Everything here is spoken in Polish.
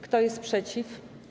Kto jest przeciw?